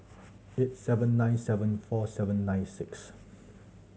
eight seven nine seven four seven nine six